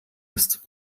ist